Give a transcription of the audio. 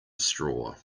straw